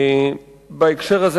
בהקשר הזה,